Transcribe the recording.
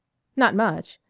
not much.